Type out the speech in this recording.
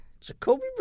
Jacoby